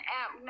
app